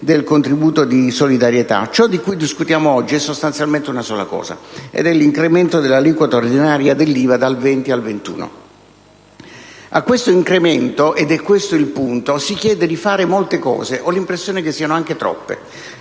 del contribuito di solidarietà, ciò di cui discutiamo oggi è sostanzialmente una sola cosa: è l'incremento dell'aliquota ordinaria dell'IVA dal 20 al 21 per cento. A questo incremento - ed è questo il punto - si chiede di fare molte cose e ho l'impressione che siano anche troppe.